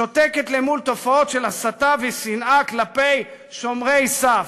שותקת אל מול תופעות של הסתה ושנאה כלפי שומרי סף,